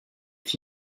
fait